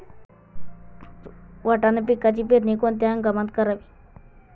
वाटाणा पिकाची पेरणी कोणत्या हंगामात करावी?